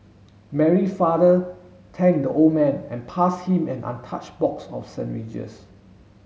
Mary father thank the old man and pass him an untouched box of sandwiches